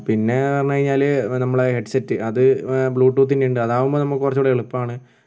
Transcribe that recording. പിന്നെ പറഞ്ഞു കഴിഞ്ഞാൽ നമ്മളെ ഹെഡ് സെറ്റ് അത് ബ്ലൂ ടൂത്തിൻ്റെ ഉണ്ട് അതാവുമ്പം നമുക്ക് കുറച്ചുംകൂടെ എളുപ്പാണ്